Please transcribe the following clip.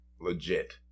legit